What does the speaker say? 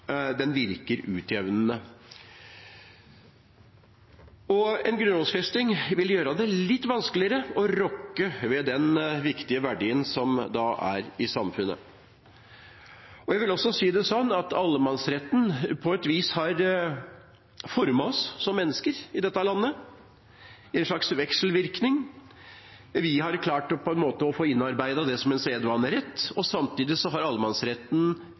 virker utjevnende, og en grunnlovfesting vil gjøre det litt vanskeligere å rokke ved den viktige verdien som er i samfunnet. Jeg vil også si det sånn at allemannsretten på et vis har formet oss som mennesker i dette landet, en slags vekselvirkning. Vi har klart å få det innarbeidet som en sedvanerett, og samtidig har allemannsretten